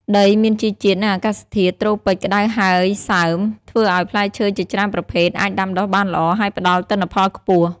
ដីមានជីជាតិ និងអាកាសធាតុត្រូពិចក្តៅហើយសើម ធ្វើឲ្យផ្លែឈើជាច្រើនប្រភេទអាចដាំដុះបានល្អ ហើយផ្តល់ទិន្នផលខ្ពស់។